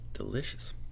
Delicious